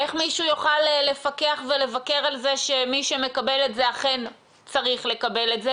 איך מישהו יוכל לפקח ולבקר שמי שמקבל את זה אכן צריך לקבל את זה,